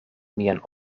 mian